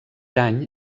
any